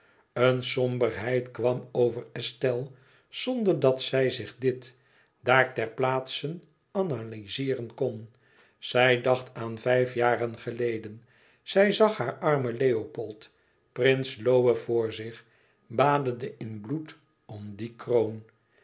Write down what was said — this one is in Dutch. eene somberheid kwam over estelle zonderdat zij zich dit daar ter plaatse analyzeeren kon zij dacht aan vijf jaar geleden zij zag haar armen leopold prins lohe voor zich badende in bloed om die kroon